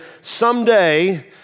someday